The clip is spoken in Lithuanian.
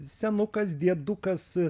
senukas dėdukas